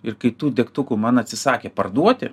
ir kai tų degtukų man atsisakė parduoti